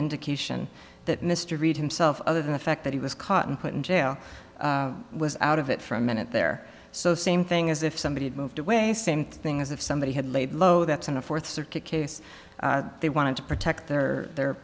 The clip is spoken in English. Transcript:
indication that mr reid himself other than the fact that he was caught and put in jail was out of it for a minute there so same thing as if somebody had moved away same thing as if somebody had laid low that's in the fourth circuit case they wanted to protect their